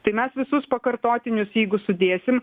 tai mes visus pakartotinius jeigu sudėsim